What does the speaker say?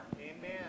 Amen